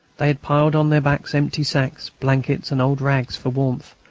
they had piled on their backs empty sacks, blankets, and old rags, for warmth,